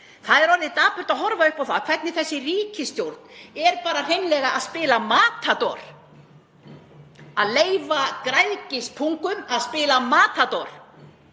Það er orðið dapurt að horfa upp á það hvernig þessi ríkisstjórn er hreinlega að spila Matador, leyfir græðgispungum að spila Matador